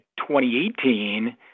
2018